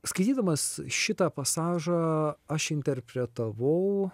skaitydamas šitą pasažą aš interpretavau